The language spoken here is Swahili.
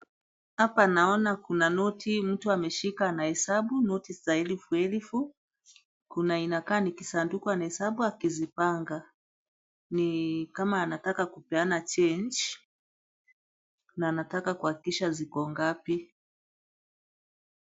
Hapa naona kuna noti mtu ameshika anahesabu. Noti za elfu elfu. Kuna inakaa ni kisanduku anahesabu akizipanga. Ni kama anataka kupiana change . Na anataka kuhakikisha ziko ngapi.